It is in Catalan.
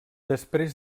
després